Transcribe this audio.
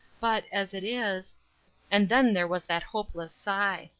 but, as it is and then there was that hopeless sigh.